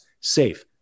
safe